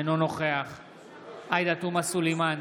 אינו נוכח עאידה תומא סלימאן,